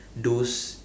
those